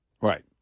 Right